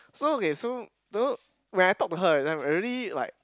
so okay so don't know when I talk to her that time I already like